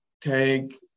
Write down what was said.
take